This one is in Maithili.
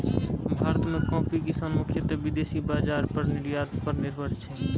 भारत मॅ कॉफी किसान मुख्यतः विदेशी बाजार पर निर्यात पर निर्भर छै